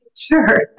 Sure